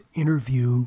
interview